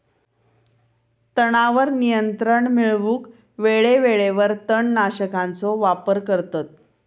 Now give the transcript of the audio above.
तणावर नियंत्रण मिळवूक वेळेवेळेवर तण नाशकांचो वापर करतत